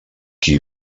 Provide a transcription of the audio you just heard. qui